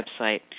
website